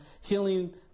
healing